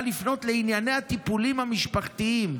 לפנות לענייני הטיפולים המשפחתיים,